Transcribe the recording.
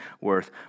worth